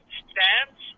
stands